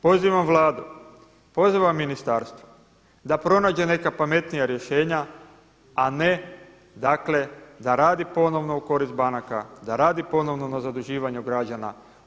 Pozivam Vladu, pozivam ministarstvo da pronađe neka pametnija rješenja a ne dakle da radi ponovno u korist banaka, da radi ponovno na zaduživanju građana.